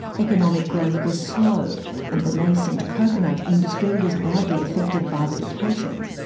economic growth was slow and the nascent coconut industry was badly affected by the depression.